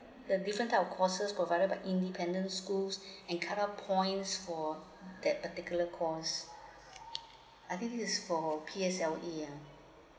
the different type of courses provided by the independent schools and cut off points for that particular course I think is for P_S_L_E uh